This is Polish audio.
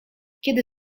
kiedy